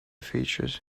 features